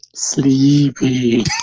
sleepy